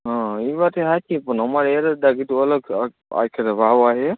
એ વાતે સાચી પણ અમારે એરંડા કીધું અલગ આખરે વાવવા છે